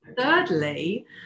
thirdly